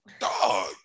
Dog